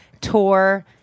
tour